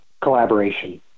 collaboration